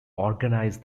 organize